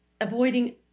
avoiding